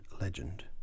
legend